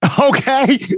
Okay